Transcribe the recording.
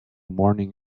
morning